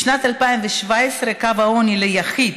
בשנת 2017 קו העוני ליחיד